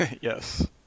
Yes